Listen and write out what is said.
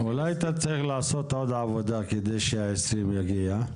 אולי אתה צריך לעשות עוד עבודה כדי שה- 20 יגיע?